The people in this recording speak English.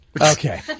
Okay